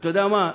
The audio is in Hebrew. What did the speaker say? אתה יודע מה,